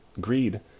greed